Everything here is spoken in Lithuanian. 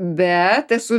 bet esu